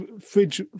fridge